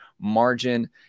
margin